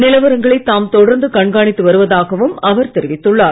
நிலவரங்களை தாம் தொடர்ந்து கண்காணித்து வருவதாகவும் அவர் தெரிவித்துள்ளார்